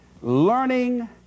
learning